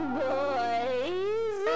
boys